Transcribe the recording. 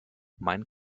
mein